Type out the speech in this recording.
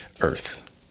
earth